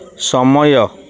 ସମୟ